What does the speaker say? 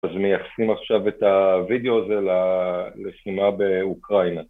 אז מייחסים עכשיו את הוידאו הזה ללחימה באוקראינה.